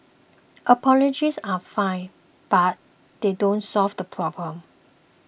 apologies are fine but they don't solve the problem